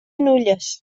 nulles